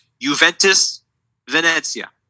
Juventus-Venezia